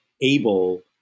able